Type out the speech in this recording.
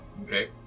Okay